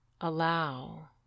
Allow